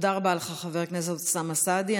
תודה רבה לך, חבר הכנסת אוסאמה סעדי.